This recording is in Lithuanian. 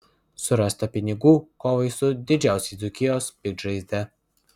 surasta pinigų kovai su didžiausia dzūkijos piktžaizde